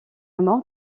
mort